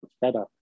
better